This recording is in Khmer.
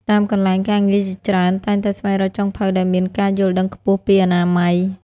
តាមកន្លែងការងារជាច្រើនតែងតែស្វែងរកចុងភៅដែលមានការយល់ដឹងខ្ពស់ពីអនាម័យ។